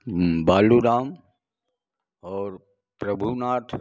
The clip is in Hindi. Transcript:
बालूराम और प्रभुनाथ